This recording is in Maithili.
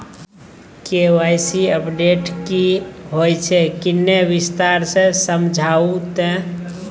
के.वाई.सी अपडेट की होय छै किन्ने विस्तार से समझाऊ ते?